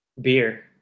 beer